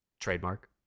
trademark